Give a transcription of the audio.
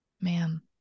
man